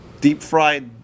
deep-fried